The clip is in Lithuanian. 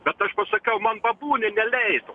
bet aš pasakiau man babūnė neleido